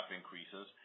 increases